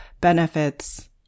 benefits